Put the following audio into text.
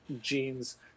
jeans